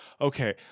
okay